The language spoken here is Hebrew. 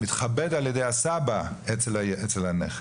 מתכבד על ידי הסבא אצל הנכד.